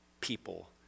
people